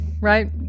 right